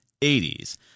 80s